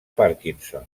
parkinson